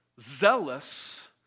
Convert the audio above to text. Zealous